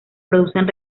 producen